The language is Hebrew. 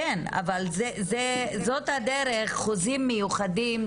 חוזים מיוחדים,